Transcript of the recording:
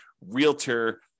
realtor